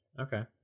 Okay